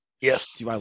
Yes